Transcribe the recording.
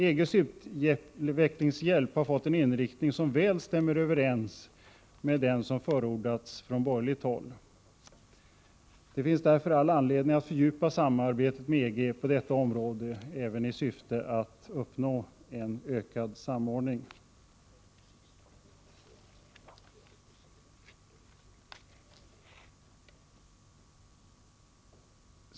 EG:s utvecklingshjälp har fått en inriktning som väl stämmer överens med den som förordats från borgerligt håll. Det finns därför all anledning att fördjupa samarbetet med EG på detta område även i syfte att uppnå ökad samordning.